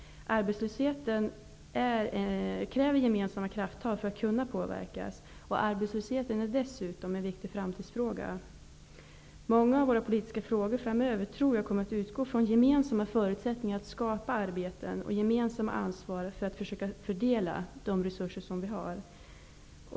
Arbetslösheten kräver gemensamma krafttag. Arbetslösheten är dessutom en viktig framtidsfråga. Många politiska frågor framöver kommer att utgå från gemensamma förutsättningar att skapa arbeten och ett gemensamt ansvar för att försöka fördela de resurser som vi har.